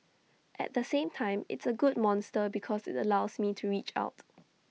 at the same time it's A good monster because IT allows me to reach out